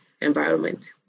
environment